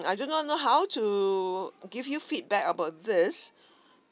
I do not know how to give you feedback about this